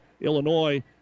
Illinois